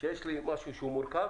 שיש לי משהו שהוא מורכב